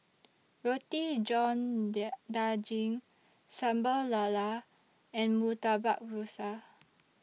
Roti John Daging Sambal Lala and Murtabak Rusa